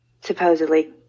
supposedly